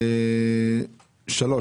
שלוש,